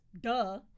Duh